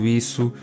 isso